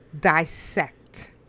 dissect